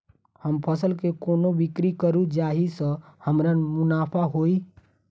हम फसल केँ कोना बिक्री करू जाहि सँ हमरा मुनाफा होइ?